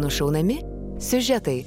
nušaunami siužetai